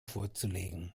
vorzulegen